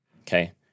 Okay